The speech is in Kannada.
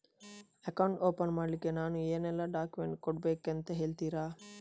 ಅಕೌಂಟ್ ಓಪನ್ ಮಾಡ್ಲಿಕ್ಕೆ ನಾವು ಏನೆಲ್ಲ ಡಾಕ್ಯುಮೆಂಟ್ ಕೊಡಬೇಕೆಂದು ಹೇಳ್ತಿರಾ?